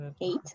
Eight